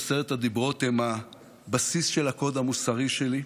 עשרת הדיברות הן הבסיס של הקוד המוסרי שלי,